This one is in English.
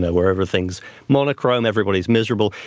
but wherever things monochrome, everybody's miserable.